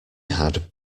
had